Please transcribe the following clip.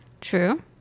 True